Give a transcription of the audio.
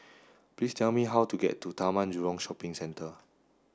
please tell me how to get to Taman Jurong Shopping Centre